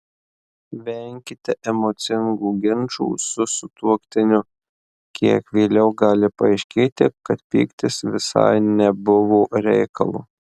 venkite emocingų ginčų su sutuoktiniu kiek vėliau gali paaiškėti kad pyktis visai nebuvo reikalo